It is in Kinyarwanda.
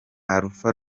alpha